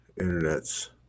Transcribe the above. internets